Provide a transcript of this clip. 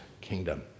kingdom